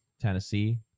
Tennessee